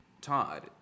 Todd